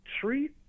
treat